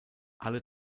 alle